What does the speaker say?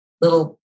little